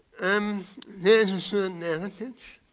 um there's a certain elephant,